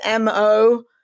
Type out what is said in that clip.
MO